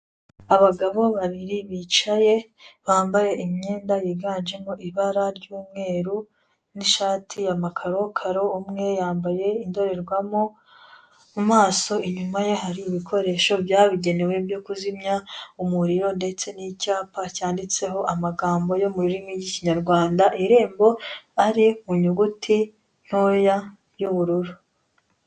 Abagabo babiri bicaye, bambaye imyenda yiganjemo ibara ry'umweru n'ishati, amakarokaro, umwe yambaye indorerwamo, mu maso inyuma ye hari ibikoresho bya bugenewe byo kuzimya umuriro ndetse n'icyapa cyanditseho amagambo yo mu rurimi ry'Ikinyarwanda; irembo, ari mu nyuguti ntoya y'ubururu.